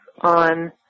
on